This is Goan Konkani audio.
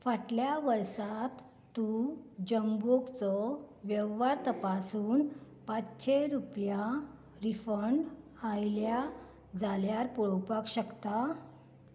फाटल्या वर्सा तूं जबोंगचो वेव्हार तपासून पांचशे रुपया रिफंड आयल्या जाल्यार पळोवपाक शकता